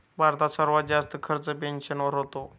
भारतात सर्वात जास्त खर्च पेन्शनवर होतो